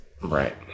Right